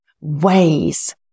ways